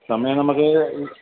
സമയം നമുക്ക്